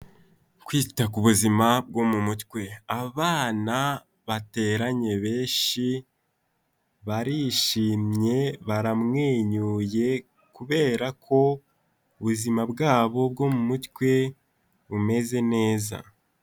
Kwita ku buzima bwo mu mutwe, abana bateranye benshi barishimye baramwenyuye, kubera ko ubuzima bwabo bwo mu mutwe bumeze neza.